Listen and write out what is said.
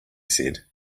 said